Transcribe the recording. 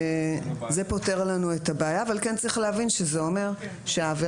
זה פותר לנו את הבעיה אבל כן צריך להבין שזה אומר שהעבירה